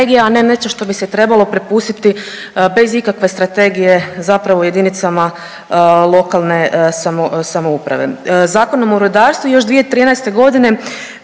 nešto što bi se trebao prepustiti bez ikakve strategije zapravo jedinicama lokalne samouprave. Zakonom o rudarstvu još 2013.g.